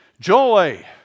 Joy